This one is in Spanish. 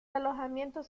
alojamientos